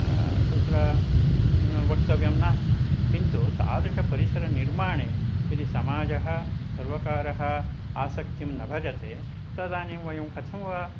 तत्र वक्तव्यं नास्ति किन्तु तादृशपरिसरनिर्माणे यदि समाजः सर्वकारः आसक्तिं न भजते तदानीं वयं कथं वा